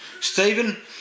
Stephen